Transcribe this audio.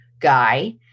guy